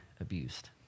abused